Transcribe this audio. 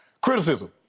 Criticism